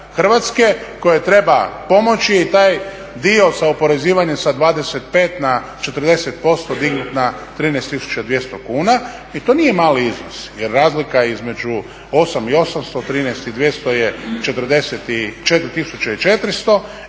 Hrvatske kojoj treba pomoći i taj dio sa oporezivanjem sa 25 na 40% dignuti na 13 200 kuna. To nije mali iznos. Jer razlika između 8800 i 13 200 je 4400 i kad